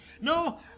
No